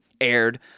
aired